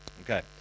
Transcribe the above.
Okay